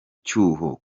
cyuho